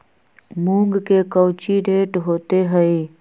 मूंग के कौची रेट होते हई?